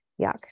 Yuck